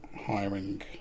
Hiring